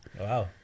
wow